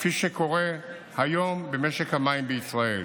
כפי שקורה היום במשק המים בישראל.